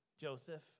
Joseph